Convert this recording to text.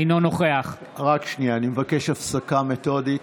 אינו נוכח רק שנייה, אני מבקש הפסקה מתודית.